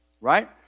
right